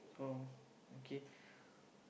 so okay